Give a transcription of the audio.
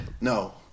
no